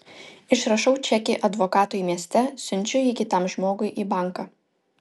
išrašau čekį advokatui mieste siunčiu jį kitam žmogui į banką